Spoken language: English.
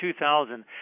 2000